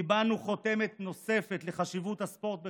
קיבלנו חותמת נוספת לחשיבות הספורט בחיינו,